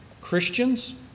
Christians